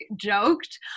joked